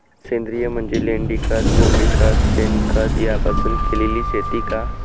सेंद्रिय म्हणजे लेंडीखत, कोंबडीखत, शेणखत यापासून केलेली शेती का?